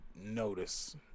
notice